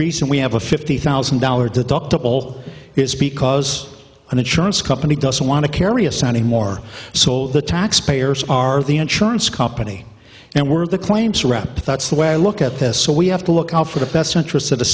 reason we have a fifty thousand dollars deductible it's because an insurance company doesn't want to carry a signing more so the taxpayers are the insurance company and we're the claims rep that's the way i look at this so we have to look out for the best interests of the